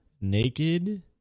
naked